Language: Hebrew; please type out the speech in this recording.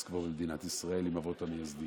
קוו במדינת ישראל עם האבות המייסדים?